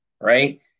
right